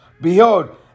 Behold